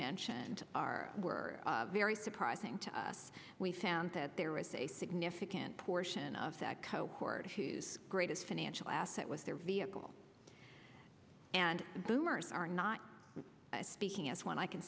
mentioned are were very surprising to us we found that there was a significant portion of that cohort whose greatest financial asset was their vehicle and boomers are not speaking us when i can